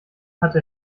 hatte